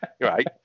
right